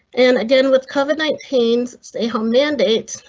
an again with covered night pains. stay home mandate.